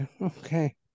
okay